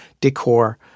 decor